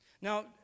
Now